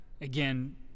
again